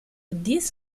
diez